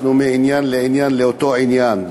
אנחנו מעניין לעניין לאותו עניין.